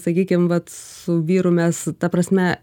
sakykim vat su vyru mes ta prasme